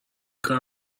کارو